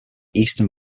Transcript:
eastern